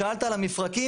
שאלת על המפרקים.